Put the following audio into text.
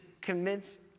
convince